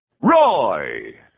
Roy